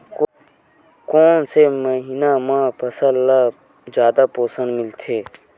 कोन से महीना म फसल ल जादा पोषण मिलथे?